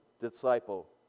disciple